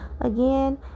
again